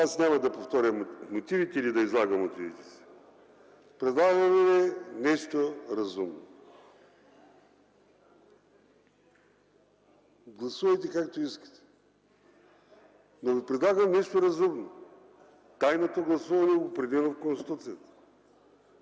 Аз няма да повтарям мотивите или да излагам мотивите си. Предлагам Ви нещо разумно. Гласувайте, както искате, но Ви предлагам нещо разумно – тайното гласуване е определено в Конституцията.